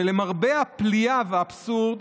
ולמרבה הפליאה והאבסורד